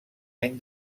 any